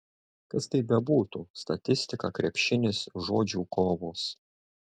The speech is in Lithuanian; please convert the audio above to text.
kas tai bebūtų statistika krepšinis žodžių kovos